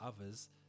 others